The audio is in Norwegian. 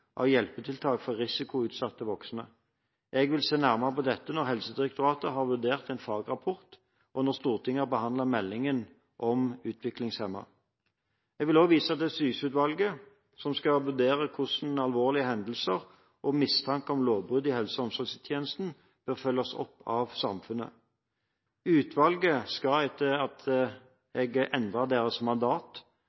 av hjelpetiltak for risikoutsatte voksne. Jeg vil se nærmere på dette når Helsedirektoratet har vurdert en fagrapport, og når Stortinget har behandlet meldingen om utviklingshemmede. Jeg vil også vise til Syse-utvalget, som skal vurdere hvordan alvorlige hendelser og mistanke om lovbrudd i helse- og omsorgstjenesten bør følges opp av samfunnet. Utvalget skal, etter at